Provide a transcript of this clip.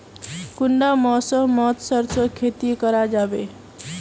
कुंडा मौसम मोत सरसों खेती करा जाबे?